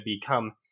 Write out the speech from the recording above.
become